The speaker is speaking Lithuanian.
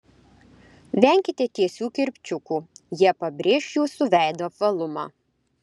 venkite tiesių kirpčiukų jie pabrėš jūsų veido apvalumą